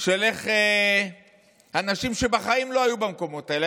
של אנשים שבחיים לא היו במקומות האלה.